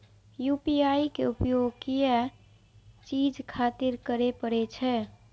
UPI के उपयोग किया चीज खातिर करें परे छे?